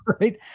right